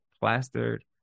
plastered